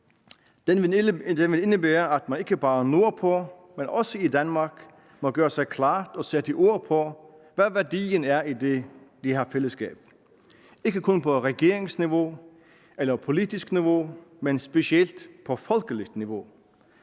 Det vil indebære, at man ikke bare nordpå, men også i Danmark må gøre sig klart og sætte ord på, hvad værdien er i det, vi har i fællesskab, ikke kun på regeringsniveau eller politisk niveau, men specielt på folkeligt niveau.